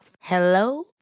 Hello